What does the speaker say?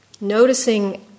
Noticing